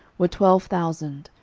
were twelve thousand,